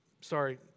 sorry